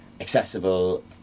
accessible